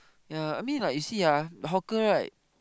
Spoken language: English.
ya I mean like you see ah the hawker right